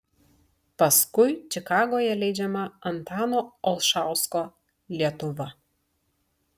paskui čikagoje leidžiama antano olšausko lietuva